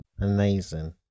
amazing